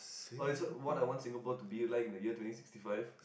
okay so what I want Singapore to be like in the year twenty sixty five